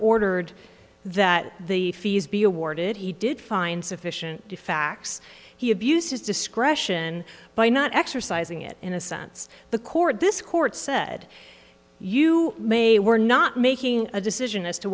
ordered that the fees be awarded he did find sufficient facts he abused his discretion by not exercising it in a sense the court this court said you may we're not making a decision as to